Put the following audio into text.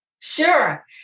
Sure